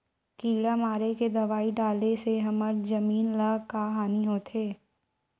किड़ा मारे के दवाई डाले से हमर जमीन ल का हानि होथे?